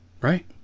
Right